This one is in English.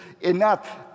enough